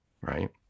right